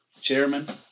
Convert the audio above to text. chairman